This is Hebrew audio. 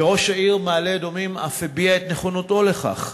וראש העיר מעלה-אדומים אף הביע את נכונותו לכך.